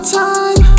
time